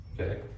Okay